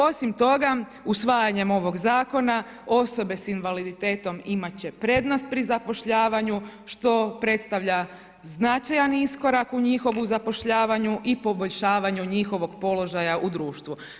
Osim toga usvajanjem ovog zakona osobe s invaliditetom imat će prednost pri zapošljavanju što predstavlja značajan iskorak u njihovu zapošljavanju i poboljšavanju njihovog položaja u društvu.